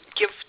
give